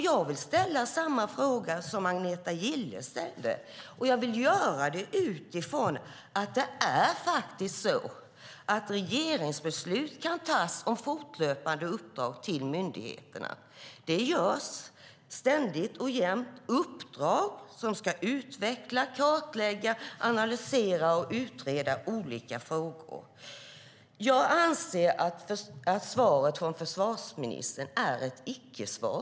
Jag vill ställa samma fråga som Agneta Gille ställde, och jag vill göra det utifrån att det faktiskt är så att regeringsbeslut om fortlöpande uppdrag till myndigheterna kan tas. Det görs ständigt och jämt - uppdrag med syfte att utveckla, kartlägga, analysera och utreda olika frågor. Jag anser att svaret från försvarsministern är ett icke-svar.